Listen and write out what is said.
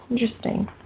interesting